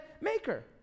maker